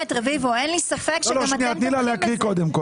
תוסיפו סעיף שאתם מחייבים את משרד הבריאות ליבוא מקביל של מוצרי